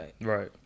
Right